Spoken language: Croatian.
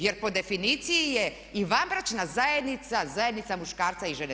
Jer po definiciji je i vanbračna zajednica zajednica muškarca i žene.